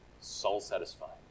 soul-satisfying